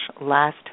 last